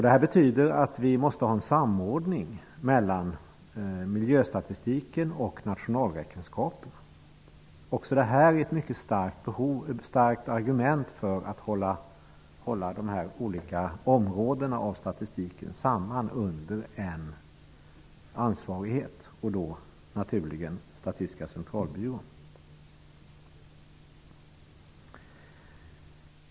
Det betyder att vi måste ha en samordning mellan miljöstatistiken och nationalräkenskaperna. Också det här är ett mycket starkt argument för att de olika områdena av statistiken förs samman under en ansvarighet och då naturligen Statistiska centralbyrån.